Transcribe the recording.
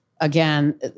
again